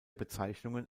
bezeichnungen